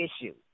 issue